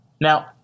Now